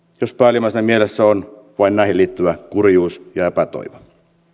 jos päällimmäisenä mielessä on vain näihin liittyvä kurjuus ja epätoivo